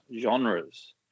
genres